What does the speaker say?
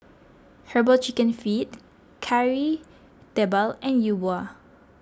Herbal Chicken Feet Kari Debal and Yi Bua